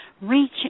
reach